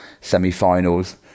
semi-finals